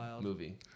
movie